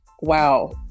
wow